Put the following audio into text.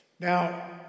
Now